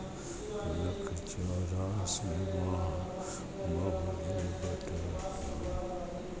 લખ ચોર્યાસીમાં